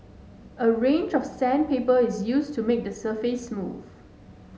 a range of sandpaper is used to make the surface smooth